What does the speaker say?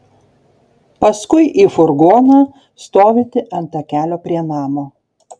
paskui į furgoną stovintį ant takelio prie namo